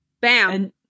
bam